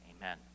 amen